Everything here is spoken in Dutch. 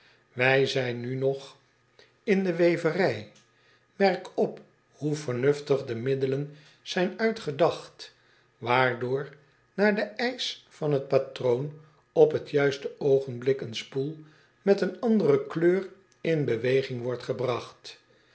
ij zijn nu nog in de acobus raandijk andelingen door ederland met pen en potlood eel weverij erk op hoe vernuftig de middelen zijn uitgedacht waardoor naar den eisch van het patroon op het juiste oogenblik een spoel met eene andere kleur in beweging wordt gebragt